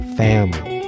family